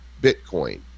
Bitcoin